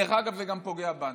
דרך אגב, זה גם פוגע בנו.